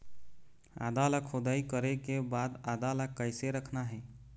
आदा ला खोदाई करे के बाद आदा ला कैसे रखना हे?